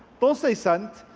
don't say send.